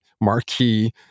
marquee